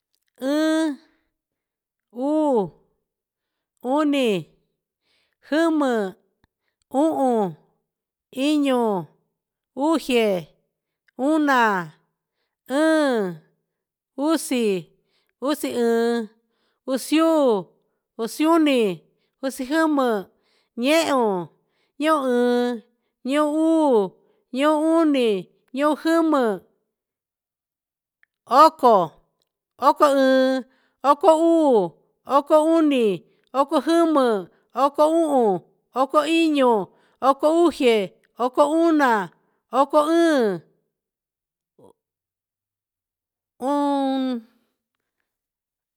Iin, guu, uni, gimi, uhun, iu, uxe, una, in, usi, usi iin, usiuun, usi uni, usi jumi. eon, oiin, ouun, oo uni. oom jumi, oco, oco iin, oco uu, oco uni, oco jumi, oco uhun, oco iu, oco uxe, oco una, oco in.